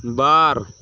ᱵᱟᱨ